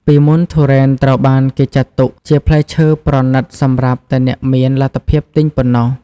ពីមុនទុរេនត្រូវបានគេចាត់ទុកជាផ្លែឈើប្រណីតសម្រាប់តែអ្នកមានលទ្ធភាពទិញប៉ុណ្ណោះ។